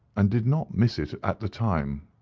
and did not miss it at the time.